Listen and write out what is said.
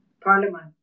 parliament